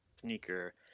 sneaker